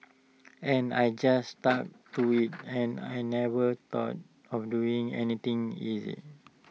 and I just stuck to IT and I never thought of doing anything else